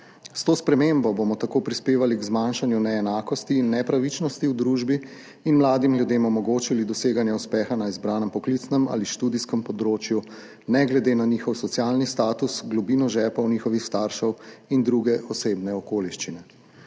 S to spremembo bomo tako prispevali k zmanjšanju neenakosti in nepravičnosti v družbi in mladim ljudem omogočili doseganje uspeha na izbranem poklicnem ali študijskem področju ne glede na njihov socialni status, globino žepov njihovih staršev in druge osebne okoliščine.